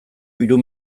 hiru